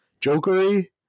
jokery